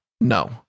No